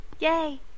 yay